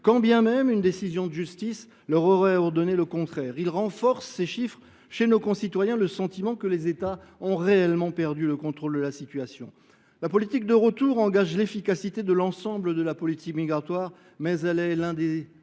quand bien même une décision de justice ordonnerait le contraire. Ces chiffres renforcent chez nos concitoyens le sentiment que les États ont réellement perdu le contrôle de la situation. La politique de retour engage l’efficacité de l’ensemble de la politique migratoire, mais elle constitue l’un des